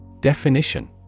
Definition